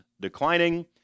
declining